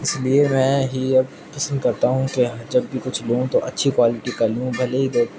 اس لیے میں ہی اب پسند کرتا ہوں کہ جب بھی کچھ لوں تو اچھی کوالٹی کا لوں بھلے ہی وہ